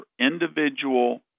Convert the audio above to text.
individual